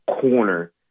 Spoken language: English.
corner